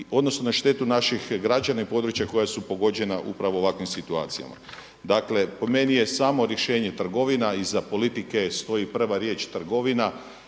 odnosno na štetu naših građana i područja koja su pogođena upravo ovakvim situacijama. Dakle, po meni je samo rješenje trgovina iza politike stoji prva riječ trgovina.